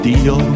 Dio